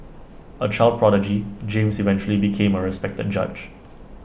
A child prodigy James eventually became A respected judge